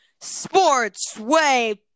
Sportsway